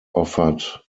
offered